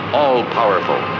all-powerful